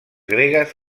gregues